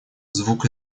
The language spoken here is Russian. звук